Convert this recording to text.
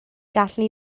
gallwn